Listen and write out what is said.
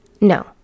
no